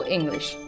English